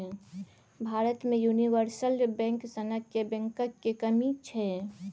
भारत मे universal bank सनक बैंकक कमी छै